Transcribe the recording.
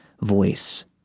voice